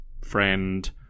friend